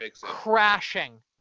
crashing